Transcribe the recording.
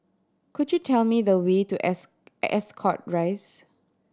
could you tell me the way to S Ascot Rise